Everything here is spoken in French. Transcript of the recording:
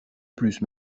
plus